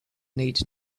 needs